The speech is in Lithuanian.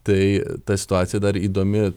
tai ta situacija dar įdomi